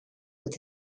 with